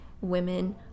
women